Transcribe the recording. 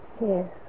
Yes